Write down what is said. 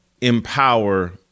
empower